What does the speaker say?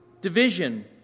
division